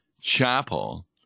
chapel